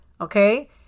okay